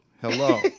Hello